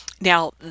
Now